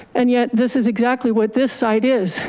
and yet this is exactly what this site is.